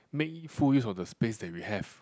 make full use of the space that we have